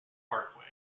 parkway